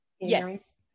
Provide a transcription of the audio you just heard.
Yes